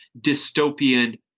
dystopian